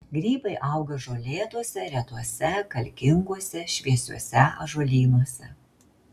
grybai auga žolėtuose retuose kalkinguose šviesiuose ąžuolynuose